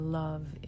love